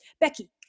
Becky